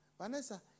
Vanessa